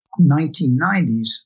1990s